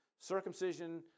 circumcision